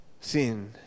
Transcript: sin